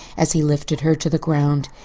as he lifted her to the ground.